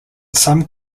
some